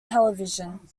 television